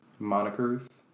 Monikers